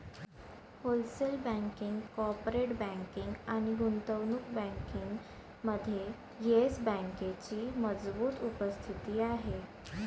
wholesale banking, corporate banking आणि गुंतवणूक बँकिंगमध्ये येस बँकेची मजबूत उपस्थिती आहे